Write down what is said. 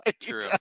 True